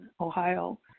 Ohio